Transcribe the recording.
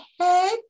head